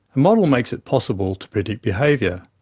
model makes it possible to predict behaviour,